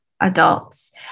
adults